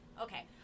Okay